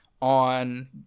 on